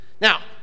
Now